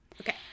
Okay